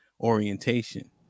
orientation